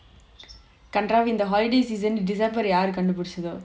கன்றாவி இந்த:kandraavi intha holiday season december யாரு கண்டு புடிச்சதோ:yaaru kandu pudichatho